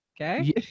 okay